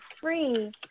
free